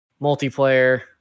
multiplayer